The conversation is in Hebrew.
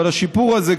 אבל השיפור הזה,